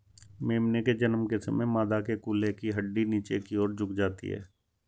मेमने के जन्म के समय मादा के कूल्हे की हड्डी नीचे की और झुक जाती है